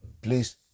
Please